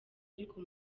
ariko